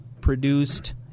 produced